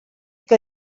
que